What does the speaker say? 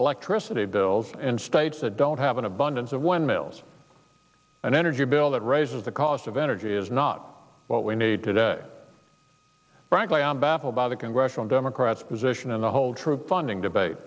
electricity bills in states that don't have an abundance of one mills an energy bill that raises the cost of energy is not what we need today frankly i'm baffled by the congressional democrats position on the whole troop funding debate